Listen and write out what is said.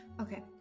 Okay